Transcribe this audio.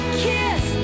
kiss